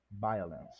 violence